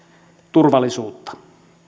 turvallisuutta